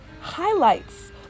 highlights